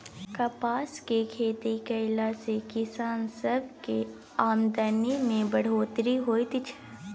कपासक खेती कएला से किसान सबक आमदनी में बढ़ोत्तरी होएत छै